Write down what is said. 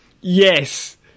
Yes